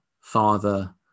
father